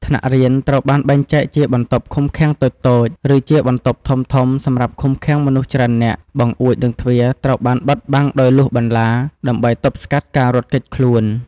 ថ្នាក់រៀនត្រូវបានបែងចែកជាបន្ទប់ឃុំឃាំងតូចៗ ឬជាបន្ទប់ធំៗសម្រាប់ឃុំឃាំងមនុស្សច្រើននាក់ បង្អួច និងទ្វារត្រូវបានបិទបាំងដោយលួសបន្លា ដើម្បីទប់ស្កាត់ការរត់គេចខ្លួន។